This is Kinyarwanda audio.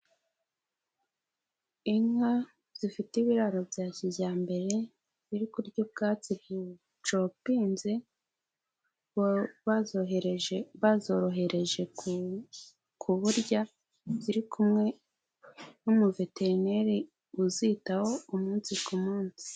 Inka zifite ibiraro bya kijyambere ziri kurya ubwatsi bucopinze, bazorohereje kuburya ziri kumwe n'umuveterineri uzitaho umunsi ku munsi.